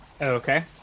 Okay